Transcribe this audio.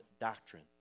doctrine